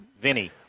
Vinny